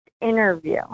interview